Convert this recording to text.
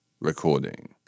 recording